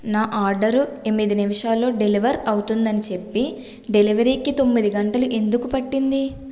నా ఆర్డరు ఎనిమిది నిమిషాల్లో డెలివరీ అవుతుందని చెప్పి డెలివరీకి తొమ్మిది గంటలు ఎందుకు పట్టింది